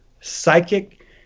psychic